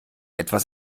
etwas